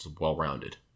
well-rounded